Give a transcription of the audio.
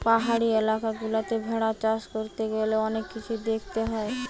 পাহাড়ি এলাকা গুলাতে ভেড়া চাষ করতে গ্যালে অনেক কিছুই দেখতে হয়